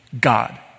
God